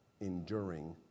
enduring